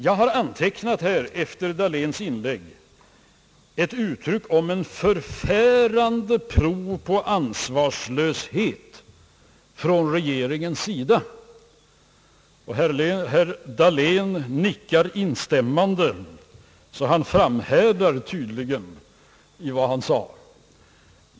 Jag har från herr Dahléns inlägg antecknat uttrycket »ett förfärande prov på ansvarslöshet från regeringens sida». Herr Dahlén nickar instämmande, så han framhärdar tydligen i vad han sade.